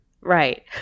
Right